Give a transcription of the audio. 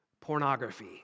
Pornography